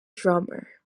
drummer